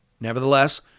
Nevertheless